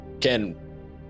Ken